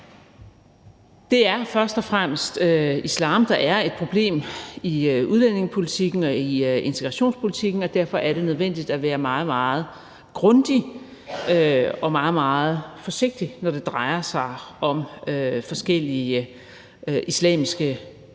Det er først og fremmest islam, der er et problem i udlændingepolitikken og i integrationspolitikken, og derfor er det nødvendigt at være meget, meget grundig og meget, meget forsigtig, når det drejer sig om forskellige islamiske grupperinger,